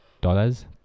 dollars